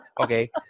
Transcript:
Okay